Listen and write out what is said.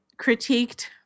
critiqued